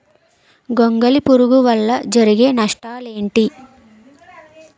గొంగళి పురుగు వల్ల జరిగే నష్టాలేంటి?